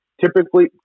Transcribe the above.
Typically